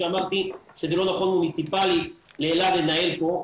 שאמרתי שזה לא נכון מוניציפאלית לאלעד לנהל פה,